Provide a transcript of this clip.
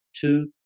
Two